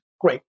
Great